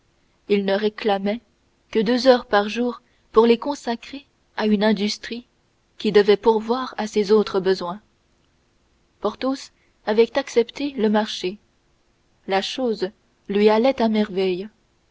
il ne réclamait que deux heures par jour pour les consacrer à une industrie qui devait suffire à pourvoir à ses autres besoins porthos avait accepté le marché la chose lui allait à merveille